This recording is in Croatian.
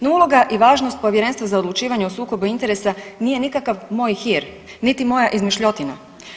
No uloga i važnost Povjerenstva za odlučivanje o sukobu interesa nije nikakav moj hir niti moja izmišljotina.